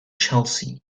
chelsea